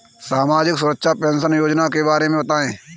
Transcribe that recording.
सामाजिक सुरक्षा पेंशन योजना के बारे में बताएँ?